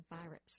virus